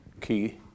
key